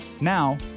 Now